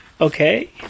Okay